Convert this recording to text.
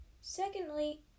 Secondly